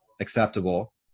acceptable